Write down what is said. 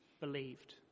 believed